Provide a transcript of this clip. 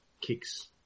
kicks